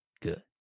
good